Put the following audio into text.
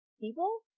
people